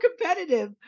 competitive